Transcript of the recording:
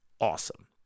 awesome